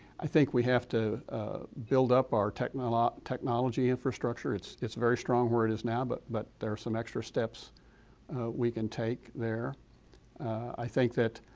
i think we have to build up our technology technology infrastructure, it's it's very strong where it is now, but but there are some extra steps we can take there i think that